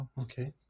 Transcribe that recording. okay